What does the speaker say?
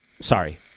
Sorry